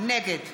נגד